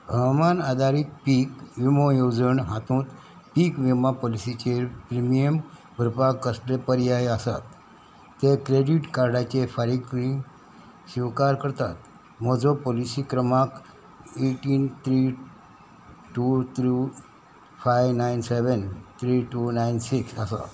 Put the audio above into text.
हवामान आदारीक पीक विमो येवजण हातूंत पीक विमो पॉलिसीचेर प्रिमियम भरपाक कसले पर्याय आसात ते क्रेडीट कार्डाचे फारीकणी स्विकार करतात म्हजो पॉलिसी क्रमांक eighteen three two two five nine seven three two nine six आसा